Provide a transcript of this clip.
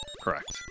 Correct